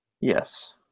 Yes